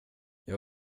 jag